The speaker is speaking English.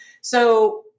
So-